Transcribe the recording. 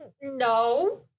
No